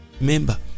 Remember